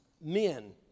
men